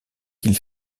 qu’il